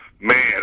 Man